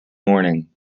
morning